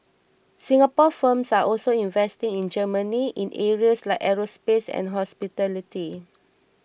Singapore firms are also investing in Germany in areas like aerospace and hospitality